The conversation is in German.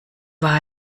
war